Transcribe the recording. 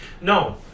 No